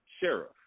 sheriff